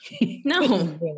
no